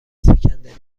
سکندری